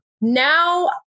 Now